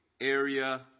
area